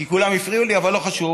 כי כולם הפריעו לי, אבל לא חשוב.